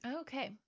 Okay